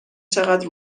چقدر